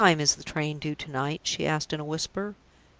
what time is the train due to-night? she asked, in a whisper.